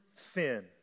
thin